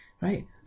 right